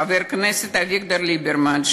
חבר הכנסת אביגדור ליברמן,